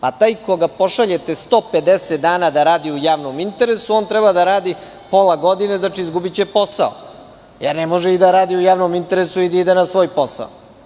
Pa taj koga pošaljete 150 dana da radi u javnom interesu, on treba da radi pola godine, znači, izgubiće posao, jer ne može i da radi u javnom interesu i da ide na svoj posao.